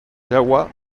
jahoua